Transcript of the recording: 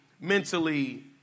mentally